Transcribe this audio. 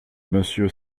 monsieur